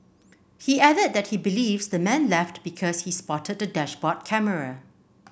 he added that he believes the man left because he spotted the dashboard camera